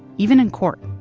even in court.